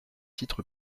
titre